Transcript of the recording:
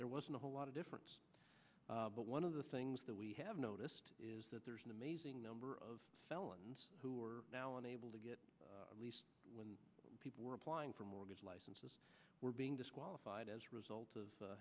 there wasn't a whole lot of difference but one of the things that we have noticed is that there's an amazing number of felons who are now unable to get when people were applying for mortgage licenses were being disqualified as a result of